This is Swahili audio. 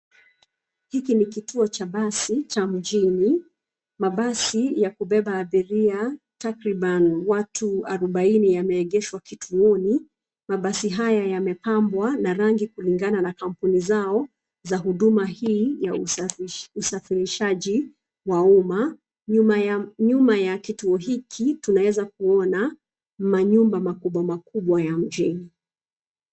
Hiki ni kituo cha basi cha mjini. Mabasi ya kubeba abiria takriban watu arubaini yameegeshwa kituoni. Mabasi haya yamepabwa na rangi kulingana na kampuni zao za huduma hii ya usafirishaji wa umma. Nyuma ya kituo hiki tunaweza kuona manyumba makubwa makubwa ya mjini.